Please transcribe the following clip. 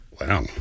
Wow